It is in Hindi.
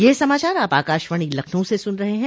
ब्रे क यह समाचार आप आकाशवाणी लखनऊ से सुन रहे हैं